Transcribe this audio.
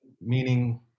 meaning